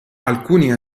alcuni